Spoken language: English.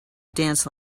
dance